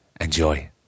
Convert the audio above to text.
Enjoy